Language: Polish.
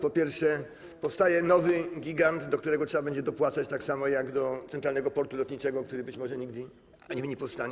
Po pierwsze, powstaje nowy gigant, do którego trzeba będzie dopłacać tak samo jak do Centralnego Portu Lotniczego, który być może nigdy nie powstanie.